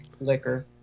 liquor